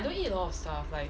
I don't eat a lot of stuff like